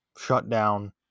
shutdown